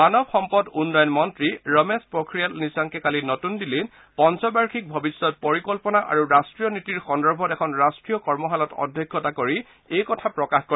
মানৱ সম্পদ উন্নযন মন্ত্ৰী ৰমেশ পখৰিয়াল নিসাংকে কালি নতুন দিল্লীত পঞ্চবাৰ্ষিক ভৱিষ্যৎ পৰিকল্পনা আৰু ৰাষ্ট্ৰীয় নীতিৰ সন্দৰ্ভত এখন ৰাষ্ট্ৰীয় কৰ্মশালাত অধ্যক্ষতা কৰি এই কথা প্ৰকাশ কৰে